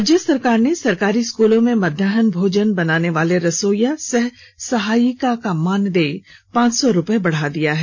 राज्य सरकार ने सरकारी स्कूलों में मध्याहन भोजन बनाने वाले रसोइया सह सहायिका का मानदेय पांच सौ रुपए बढ़ा दिया है